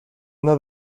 una